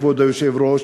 כבוד היושב-ראש,